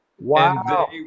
wow